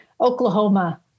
Oklahoma